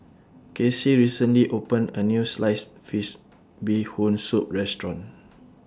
Casie recently opened A New Sliced Fish Bee Hoon Soup Restaurant